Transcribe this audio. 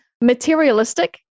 materialistic